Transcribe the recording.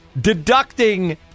deducting